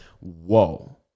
whoa